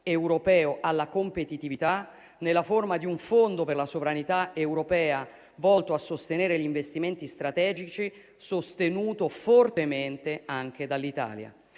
europeo alla competitività nella forma di un fondo per la sovranità europea volto a sostenere gli investimenti strategici, sostenuto fortemente anche dall'Italia.